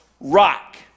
rock